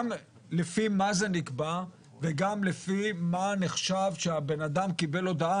גם לפי מה זה נקבע וגם לפי מה נחשב שהבן אדם קיבל הודעה.